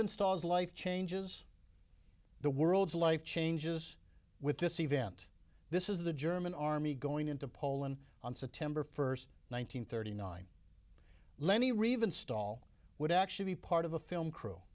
installs life changes the world's life changes with this event this is the german army going into poland on september first one nine hundred thirty nine lenny reeve install would actually be part of a film crew